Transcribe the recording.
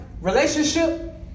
relationship